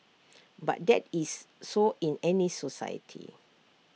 but that is so in any society